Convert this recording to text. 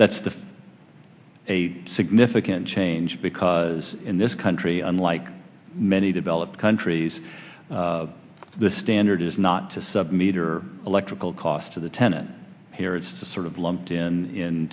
that's the a significant change because in this country unlike many developed countries the standard is not to sub meter electrical cost to the tenant here it's sort of lumped in